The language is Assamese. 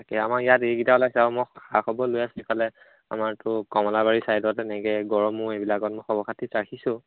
তাকে আমাৰ ইয়াত এইকেইটা ওলাইছে আৰু মই খা খবৰ লৈ আছোঁ সেইফালে আমাৰতো কমলাবাৰী চাইডত এনেকৈ গড়মূৰ এইবিলাকত মই খবৰ খাতি ৰাখিছোঁ